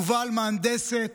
יובל, מהנדסת,